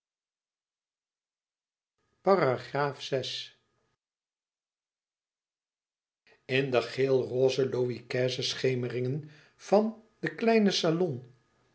in de geelroze louis xv schemeringen van den kleinen salon